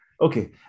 Okay